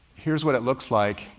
here's what it looks like.